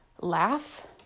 laugh